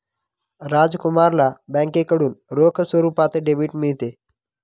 राजकुमारला बँकेकडून रोख स्वरूपात डेबिट मिळते